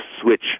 switch